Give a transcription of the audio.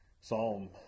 Psalm